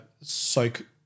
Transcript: soak